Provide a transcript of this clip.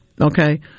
Okay